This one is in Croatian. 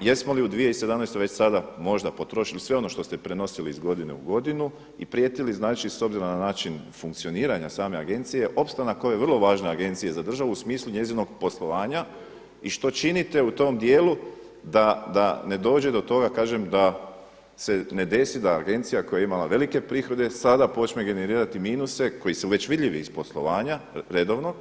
Jesmo li u 2017. već sada možda potrošili sve ono što ste prenosili iz godine u godinu i prijetili znači s obzirom na način funkcioniranja same agencije opstanak ove vrlo važne agencije za državu u smislu njezinog poslovanja i što činite u tom dijelu da ne dođe to toga, kažem da se ne desi da agencija koja je imala velike prihode sada počne generirati minuse koji su već vidljivi iz poslovanja redovnog,